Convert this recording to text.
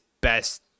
best